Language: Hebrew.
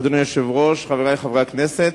אדוני היושב-ראש, חברי חברי הכנסת,